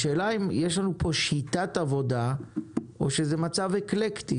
השאלה אם יש לנו פה שיטת עבודה או שזה מצב אקלקטי,